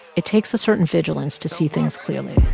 it takes a certain vigilance to see things clearly